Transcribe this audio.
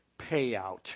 payout